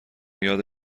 یاد